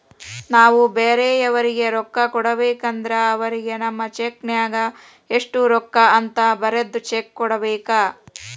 ನಾವು ಬ್ಯಾರೆಯವರಿಗೆ ರೊಕ್ಕ ಕೊಡಬೇಕಾದ್ರ ಅವರಿಗೆ ನಮ್ಮ ಚೆಕ್ ನ್ಯಾಗ ಎಷ್ಟು ರೂಕ್ಕ ಅಂತ ಬರದ್ ಚೆಕ ಕೊಡಬೇಕ